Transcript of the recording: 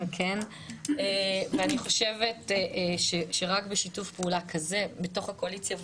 אני חושבת שרק בשיתוף פעולה כזה בתוך הקואליציה,